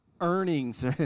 earnings